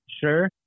sure